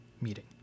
meeting